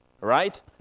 right